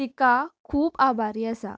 तिका खूब आभारी आसा